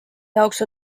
jaoks